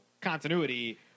continuity